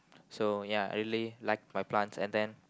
so ya I really like my plants and then